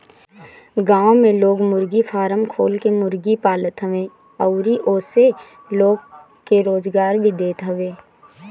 गांव में लोग मुर्गी फारम खोल के मुर्गी पालत हवे अउरी ओसे लोग के रोजगार भी देत हवे